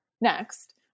next